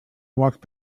walked